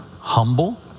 humble